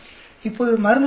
இப்போது மருந்து சராசரி